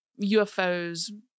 UFOs